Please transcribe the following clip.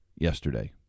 yesterday